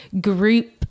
group